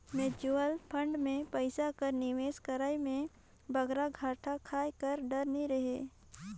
mutual fund में पइसा कर निवेस करई में बगरा घाटा खाए कर डर नी रहें